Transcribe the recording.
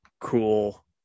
cool